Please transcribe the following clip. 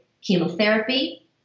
chemotherapy